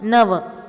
नव